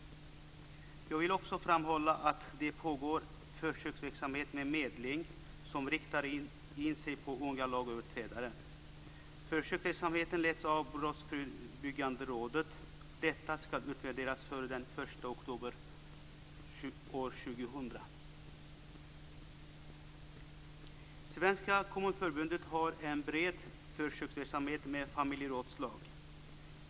Jag vill också framhålla att det pågår försöksverksamhet med medling som riktar in sig på unga lagöverträdare. Försöksverksamheten leds av Brottsförebyggande rådet. Detta skall utvärderas före den 1 Svenska Kommunförbundet har en bred försöksverksamhet med familjerådslag.